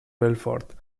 belfort